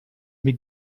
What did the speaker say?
mir